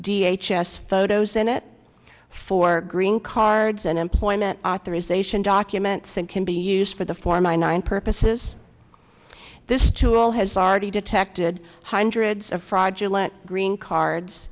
d h s s photos in it for green cards and employment authorization documents and can be used for the for my nine purposes this tool has already detected hundreds of fraudulent green cards